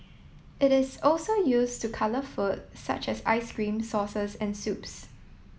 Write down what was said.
it is also used to colour food such as ice cream sauces and soups